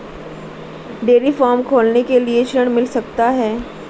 Dairy farm खोलने के लिए ऋण मिल सकता है?